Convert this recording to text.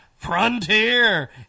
Frontier